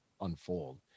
unfold